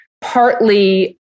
partly